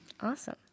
Awesome